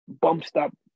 bump-stop